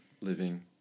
living